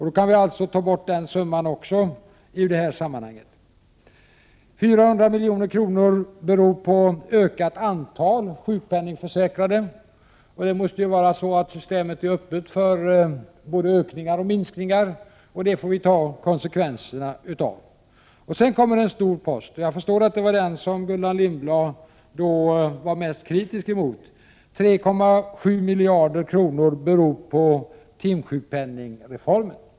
Då kan vi alltså i detta sammanhang ta bort också den summan. 400 milj.kr. är en följd av ett ökat antal sjukpenningförsäkrade. Systemet måste ju vara öppet för både ökningar och minskningar, och det får vi ta konsekvenserna av. Sedan kommer en stor post — och jag förstår att det var den som Gullan Lindblad var mest kritisk mot — nämligen de 3,7 miljarder kronor som hänger samman med timsjukpenningreformen.